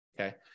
Okay